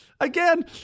again